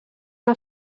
una